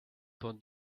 peut